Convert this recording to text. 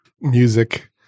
music